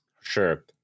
sure